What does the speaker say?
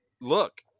look